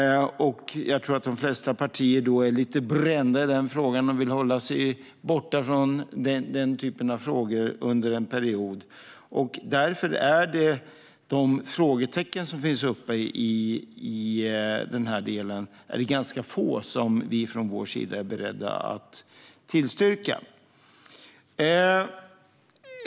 Jag tror att de flesta partier är lite brända i frågan och vill hålla sig borta från den typen av frågor under en period. Därför finns få frågor som vi från vår sida är beredda att tillstyrka.